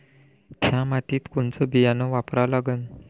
थ्या मातीत कोनचं बियानं वापरा लागन?